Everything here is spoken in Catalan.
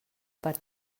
per